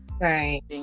Right